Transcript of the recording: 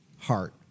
heart